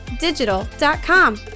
digital.com